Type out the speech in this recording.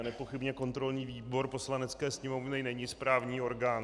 Nepochybně kontrolní výbor Poslanecké sněmovny není správní orgán.